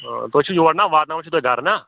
تُہۍ چھُو یور نا واتناوان چھُو تُہۍ گَرٕ نا